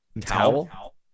Towel